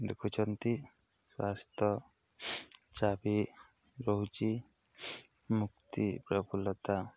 ଦେଖୁଛନ୍ତି ସ୍ୱାସ୍ଥ୍ୟ ଚାବି ରହୁଛି ମୁକ୍ତି ପ୍ରଫୁଲ୍ଲତା